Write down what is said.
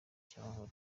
cy’amahoro